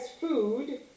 food